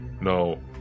No